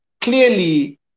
Clearly